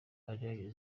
areruya